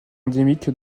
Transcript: endémique